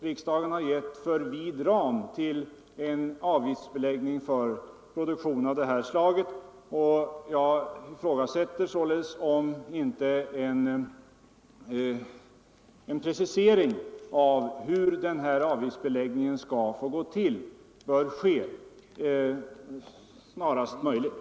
Riksdagen har lämnat för vida ramar för en avgiftsbeläggning av en produktion av detta slag. Jag ifrågasätter således om inte en precisering av hur avgiftsbeläggningen skall få gå till bör ske snarast möjligt.